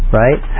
right